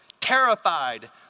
terrified